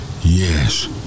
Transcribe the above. Yes